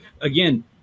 Again